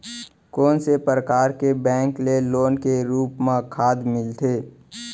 कोन से परकार के बैंक ले लोन के रूप मा खाद मिलथे?